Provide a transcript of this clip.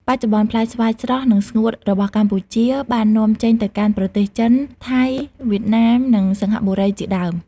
បច្ចុប្បន្ន ផ្លែស្វាយស្រស់ និងស្ងួតរបស់កម្ពុជាបាននាំចេញទៅកាន់ប្រទេសចិន ថៃ វៀតណាម និងសិង្ហបុរីជាដើម។